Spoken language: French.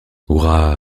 hurrah